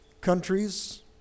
Countries